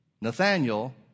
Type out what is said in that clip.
Nathaniel